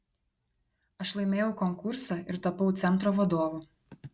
aš laimėjau konkursą ir tapau centro vadovu